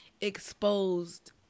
exposed